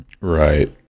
Right